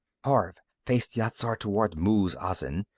horv face yat-zar toward muz-azin,